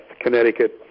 Connecticut